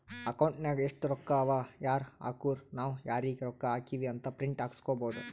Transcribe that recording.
account ನಾಗ್ ಎಸ್ಟ್ ರೊಕ್ಕಾ ಅವಾ ಯಾರ್ ಹಾಕುರು ನಾವ್ ಯಾರಿಗ ರೊಕ್ಕಾ ಹಾಕಿವಿ ಅಂತ್ ಪ್ರಿಂಟ್ ಹಾಕುಸ್ಕೊಬೋದ